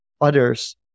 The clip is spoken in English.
others